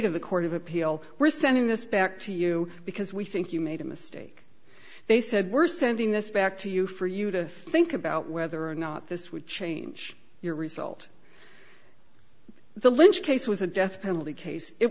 to the court of appeal we're sending this back to you because we think you made a mistake they said we're sending this back to you for you to think about whether or not this would change your result the lynch case was a death penalty case it